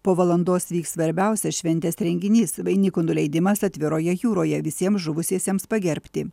po valandos vyks svarbiausias šventės renginys vainikų nuleidimas atviroje jūroje visiems žuvusiesiems pagerbti